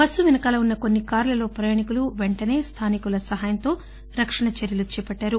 bus వెనకాల ఉన్న కొన్ని కార్లలో ప్రయాణికులు వెంటసే స్థానికుల సహాయంతో రక్షణ చర్యలు చేపట్టారు